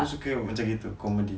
aku suka macam itu comedy